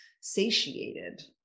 satiated